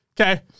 okay